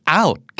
out